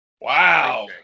Wow